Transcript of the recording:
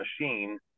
machine